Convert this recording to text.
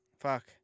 Fuck